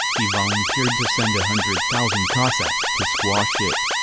he volunteered to send a hundred thousand cossacks to squash it.